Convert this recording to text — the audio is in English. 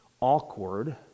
awkward